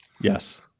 Yes